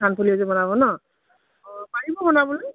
কাণফুলি এযোৰ বনাব ন অঁ পাৰিব বনাবলৈ